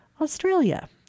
Australia